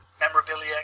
memorabilia